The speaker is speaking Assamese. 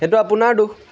সেইটো আপোনাৰ দোষ